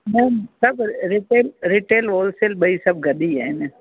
न सभु retail retail wholesale सब गॾु ई आहिनि